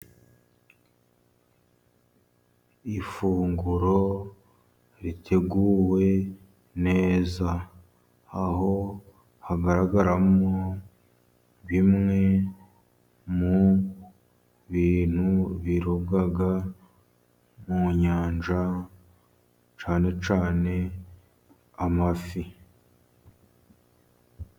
Ifunguro riteguwe neza aho hagaragaramo bimwe mu bintu bituruka mu nyanja cyane cyane amafi.